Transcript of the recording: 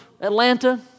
Atlanta